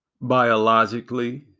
biologically